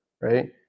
Right